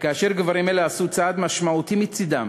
וכאשר גברים אלה עשו צעד משמעותי מצדם,